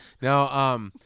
Now